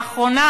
לאחרונה,